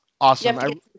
Awesome